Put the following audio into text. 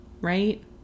right